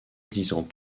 disant